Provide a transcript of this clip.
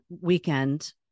weekend